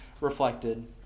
reflected